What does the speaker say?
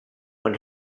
when